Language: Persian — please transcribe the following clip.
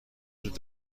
وجود